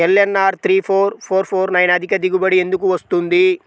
LNR three four four four nine అధిక దిగుబడి ఎందుకు వస్తుంది?